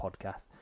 Podcast